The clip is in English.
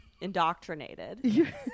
indoctrinated